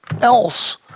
else